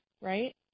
right